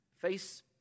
Face